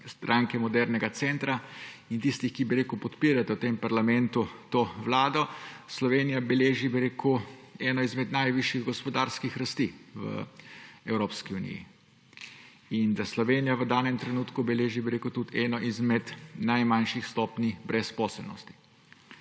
Stranke modernega centra in tistih, ki podpirate v tem parlamentu to vlado, Slovenija beleži, bi rekel, eno izmed najvišjih gospodarskih rasti v Evropski uniji in da Slovenija v danem trenutku beleži eno izmed najmanjših stopenj brezposelnosti